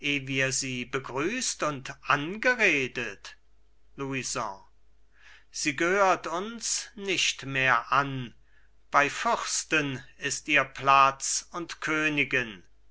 eh wir sie begrüßt und angeredet louison sie gehört uns nicht mehr an bei fürsten ist ihr platz und königen